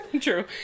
True